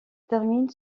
termine